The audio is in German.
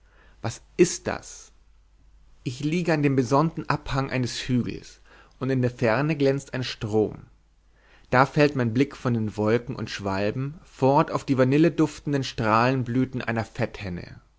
was ist das ich liege an dem besonnten abhang eines hügels und in der ferne glänzt ein strom da fällt mein blick von den wolken und schwalben fort auf die vanilleduftenden strahlenblüten einer fetthenne